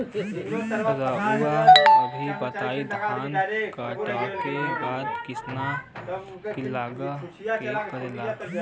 रउआ सभ बताई धान कांटेके बाद किसान लोग का करेला?